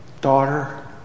daughter